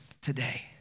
today